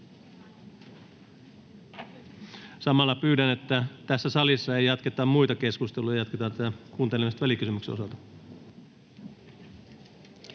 Samalla pyydän, että salissa ei jatketa muita keskusteluja. Jatketaan kuuntelemista välikysymyksen osalta.